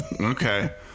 okay